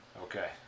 Okay